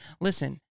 listen